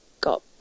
got